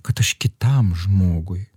kad aš kitam žmogui